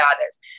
others